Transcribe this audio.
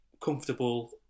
comfortable